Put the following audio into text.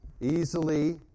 easily